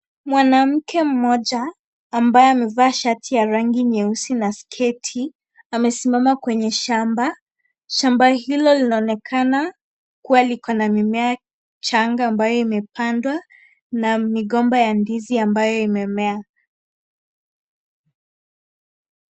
Mwanamke mmoja ambaye amevaa shati ya rangi nyeusi na sketi amesimama kwenye shamba. Shamba hilo linaonekana kuwa lina mimea changa ambayo imepandwa na migomba ya ndizi ambayo imemea.